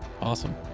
awesome